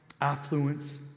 affluence